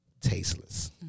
tasteless